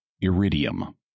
iridium